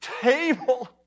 table